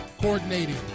Coordinating